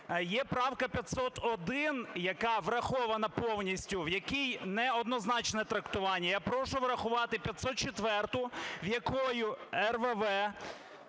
Є правка 501, яка врахована повністю, в якій неоднозначне трактування. Я прошу врахувати 504-у, якою РВВ